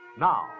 now